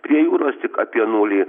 prie jūros tik apie nulį